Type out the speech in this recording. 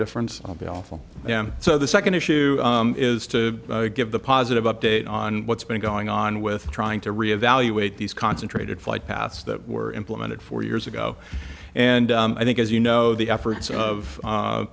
difference will be awful so the second issue is to give the positive update on what's been going on with trying to re evaluate these concentrated flight paths that were implemented four years ago and i think as you know the efforts of